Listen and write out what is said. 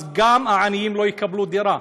גם העניים לא יקבלו דירה,